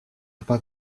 pas